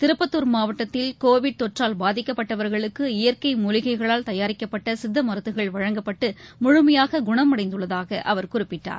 திருப்பத்துர் மாவட்டத்தில் கோவிட் தொற்றால் பாதிக்கப்பட்டவர்களுக்கு இயற்கை மூலிகைளால் தயாரிக்கப்பட்டசித்தமருந்துகள் வழங்கப்பட்டுமுழுமையாககுணமடைந்துள்ளதாகஅவர் குறிப்பிட்டார்